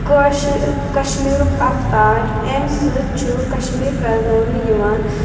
کٲشٕر کشمیٖرُک اَکھ تاج اَمہِ سۭتۍ چھُ کشمیٖر پرٛزناونہٕ یِوان